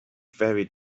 very